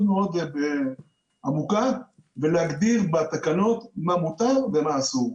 מאוד עמוקה ולהגדיר בתקנות מה מותר ומה אסור.